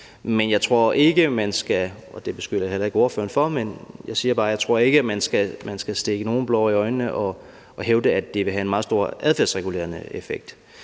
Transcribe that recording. ikke ordføreren for – stikke nogen blår i øjnene og at hævde, at det vil have en meget stor adfærdsregulerende effekt.